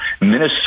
Minnesota